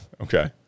Okay